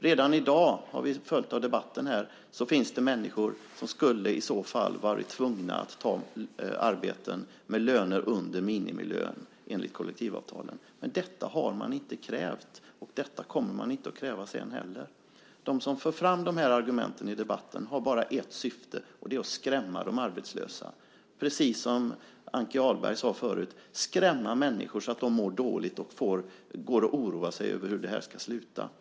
Redan i dag - det har vi hört i debatten här - finns det människor som i så fall skulle ha varit tvungna att ta arbeten med löner under minimilön enligt kollektivavtalen. Detta har man inte krävt, och detta kommer man inte att kräva sedan heller. De som för fram de här argumenten i debatten har bara ett syfte och det är att skrämma de arbetslösa, precis som Ann-Christin Ahlberg sade förut. Man skrämmer människor så att de mår dåligt och oroar sig för hur det här ska sluta.